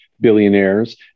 billionaires